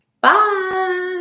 Bye